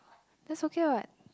that's okay what